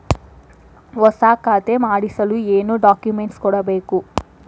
ಹೊಸ ಖಾತೆ ಮಾಡಿಸಲು ಏನು ಡಾಕುಮೆಂಟ್ಸ್ ಕೊಡಬೇಕು?